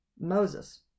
Moses